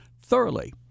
thoroughly